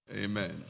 Amen